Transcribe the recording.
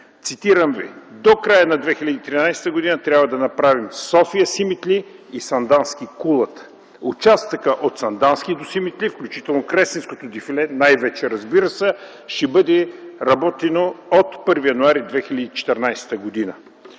Цитирам Ви: „До края на 2013 г. трябва да направим София-Симитли и Сандански-Кулата. Участъкът от Сандански до Симитли, включително Кресненското дефиле, най-вече, разбира се, ще бъде работено от 1 януари 2014 г.